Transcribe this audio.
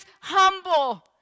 humble